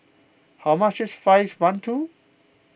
how much is Fried Mantou